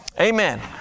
Amen